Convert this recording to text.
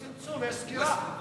יש צמצום, יש סגירה.